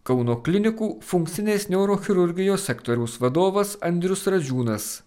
kauno klinikų funkcinės neurochirurgijos sektoriaus vadovas andrius radžiūnas